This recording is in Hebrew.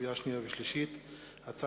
לקריאה שנייה ולקריאה שלישית,